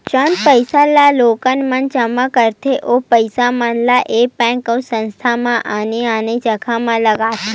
जउन पइसा ल लोगन मन जमा करथे ओ पइसा मन ल ऐ बेंक अउ संस्था मन आने आने जघा म लगाथे